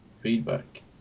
feedback